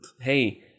Hey